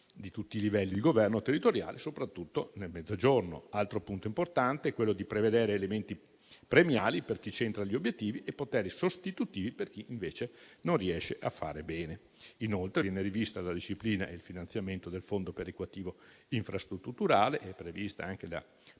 di tutti i livelli di governo territoriale, soprattutto nel Mezzogiorno. Altro punto importante è quello di prevedere elementi premiali per chi centra gli obiettivi e poteri sostitutivi per chi, invece, non riesce a fare bene. Inoltre, viene rivista la disciplina e il finanziamento del Fondo perequativo infrastrutturale; è anche